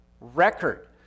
record